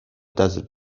desert